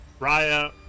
Raya